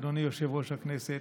אדוני יושב-ראש הכנסת,